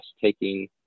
taking